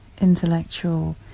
intellectual